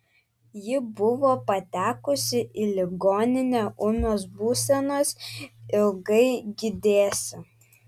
ji buvo patekusi į ligoninę ūmios būsenos ilgai gydėsi